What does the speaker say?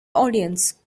audience